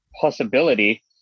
possibility